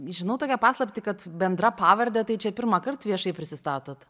žinau tokią paslaptį kad bendra pavarde tai čia pirmąkart viešai prisistatot